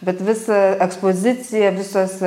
bet visa ekspozicija visos